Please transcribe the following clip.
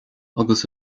agus